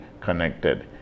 connected